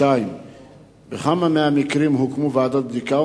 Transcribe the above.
2. בכמה מהמקרים הוקמו ועדות בדיקה,